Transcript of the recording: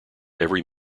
every